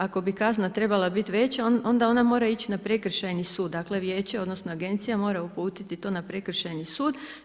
Ako bi kazna trebala biti veća onda ona mora ići na prekršajni sud, dakle, vijeće odnosno, Agencija mora uputiti to na prekršajni su.